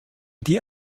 die